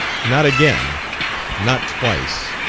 not again not twice!